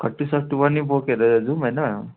खट्टु सट्टु पनि बोकेर जाउँ होइन